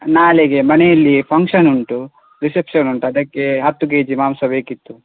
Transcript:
ನಾಳೆಗೆ ಮನೆಯಲ್ಲಿಯೇ ಫಂಕ್ಷನ್ ಉಂಟು ರಿಸೆಪ್ಷನ್ ಉಂಟು ಅದಕ್ಕೆ ಹತ್ತು ಕೆಜಿ ಮಾಂಸ ಬೇಕಿತ್ತು